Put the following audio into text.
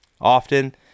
Often